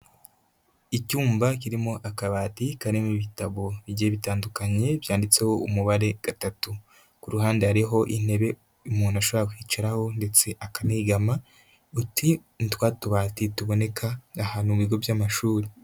Icyumba kirimo akabati karimo ibitabo bigiye bitandukanye byanditseho umubare gatatu, ku ruhande hariho intebe umuntu ashobora kwicaraho ndetse akanegama, utu ni twa tubati tuboneka ahantu mu bigo by'amashuri.